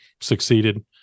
succeeded